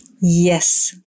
Yes